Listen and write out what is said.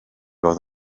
fod